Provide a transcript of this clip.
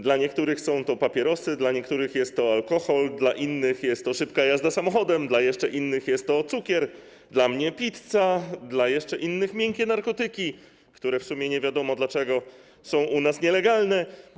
Dla niektórych są to papierosy, dla niektórych jest to alkohol, dla innych jest to szybka jazda samochodem, dla jeszcze innych jest to cukier, dla mnie pizza, dla jeszcze innych miękkie narkotyki, które w sumie nie wiadomo dlaczego są u nas nielegalne.